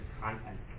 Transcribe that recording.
content